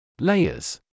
Layers